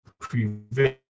prevent